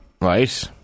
Right